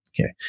Okay